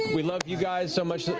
we love you guys so much.